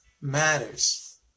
matters